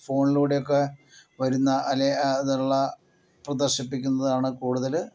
ഫോണിലൂടെയും ഒക്കെ വരുന്ന അല്ലേ ഇത് ഉള്ള പ്രദർശിപ്പിക്കുന്നതാണ് കൂടുതൽ